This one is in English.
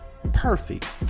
perfect